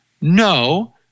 No